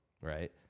Right